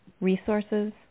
resources